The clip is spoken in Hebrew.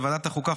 בוועדת החוקה,